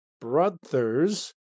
Brothers